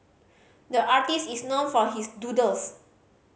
the artist is known for his doodles